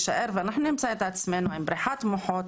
ואנחנו נמצא את עצמנו עם בריחת מוחות,